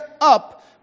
up